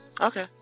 Okay